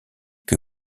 que